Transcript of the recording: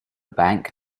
bank